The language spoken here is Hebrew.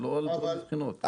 זה לא אותן בחינות.